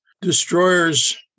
Destroyers